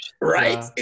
Right